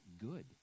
good